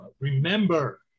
remember